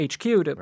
HQ